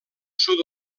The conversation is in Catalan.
sud